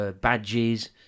badges